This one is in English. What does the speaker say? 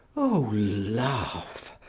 o love!